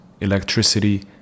electricity